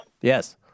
Yes